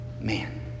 man